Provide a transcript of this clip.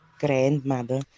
Grandmother